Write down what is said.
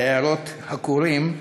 בעיירות הכורים,